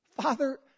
Father